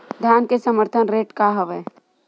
धान के समर्थन रेट का हवाय?